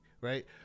right